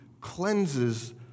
cleanses